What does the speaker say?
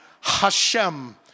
Hashem